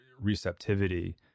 receptivity